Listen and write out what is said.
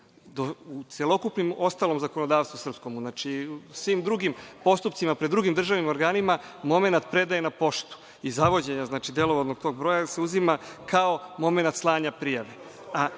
celokupno ostalom zakonodavstvu srpskom, znači, u svim drugim postupcima, pred drugim državnim organima momenta predaje na poštu i zavođenja, znači, delolovodnog tog broja, jer se uzima kao momenat slanja prijave,